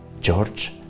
George